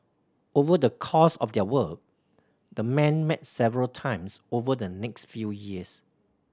over the course of their work the men met several times over the next few years